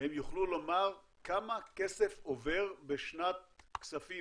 הם יוכלו לומר כמה כסף עובר בשנת כספים